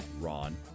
Ron